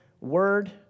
word